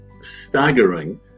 staggering